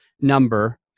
number